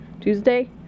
Tuesday